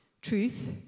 truth